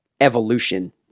evolution